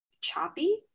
choppy